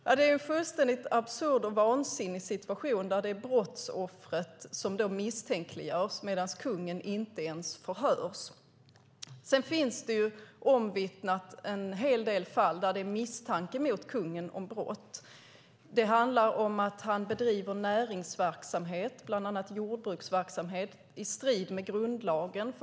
Ja, det är en fullständigt absurd och vansinnig situation där det är brottsoffret som misstänkliggörs medan kungen inte ens förhörs. Sedan är det omvittnat att det finns en hel del fall där det är misstanke mot kungen om brott. Det handlar om att han bedriver näringsverksamhet, bland annat jordbruksverksamhet, i strid med grundlagen.